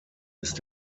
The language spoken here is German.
ist